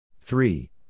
Three